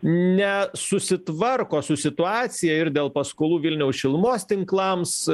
nesusitvarko su situacija ir dėl paskolų vilniaus šilumos tinklams